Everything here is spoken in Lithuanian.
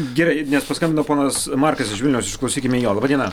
gerai nes paskambino ponas markas iš vilniaus išklausykime jo laba diena